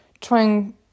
trying